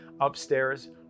upstairs